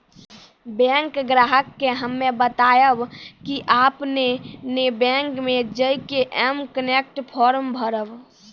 bank ग्राहक के हम्मे बतायब की आपने ने बैंक मे जय के एम कनेक्ट फॉर्म भरबऽ